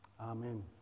Amen